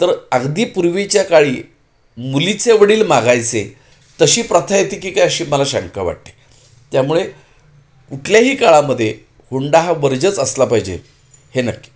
तर अगदी पूर्वीच्या काळी मुलीचे वडील मागायचे तशी प्रथा येते की काय अशी मला शंका वाटते त्यामुळे कुठल्याही काळामध्ये हुंडा हा वर्जच असला पाहिजे हे नक्की